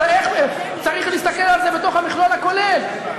אבל צריך להסתכל על זה בתוך המכלול הכולל.